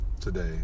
today